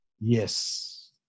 Yes